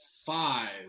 five